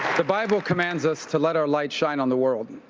the bible commands us to let our light shine on the world.